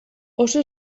oso